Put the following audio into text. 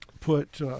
put